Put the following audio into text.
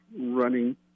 running